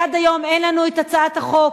delay, כי עד היום אין לנו את הצעת החוק